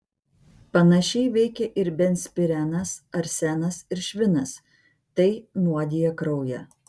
panašiai veikia ir benzpirenas arsenas ir švinas tai nuodija kraują